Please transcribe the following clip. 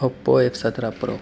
Oppo ایک سترہ پرو